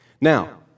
Now